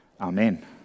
Amen